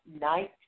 Night